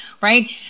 right